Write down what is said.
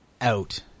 out